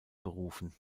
berufen